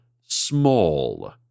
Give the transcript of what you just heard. small